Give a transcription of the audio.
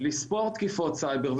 לספור תקיפות סייבר,